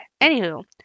Anywho